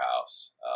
house